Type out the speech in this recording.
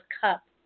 Cup